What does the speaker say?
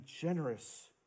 generous